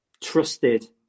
trusted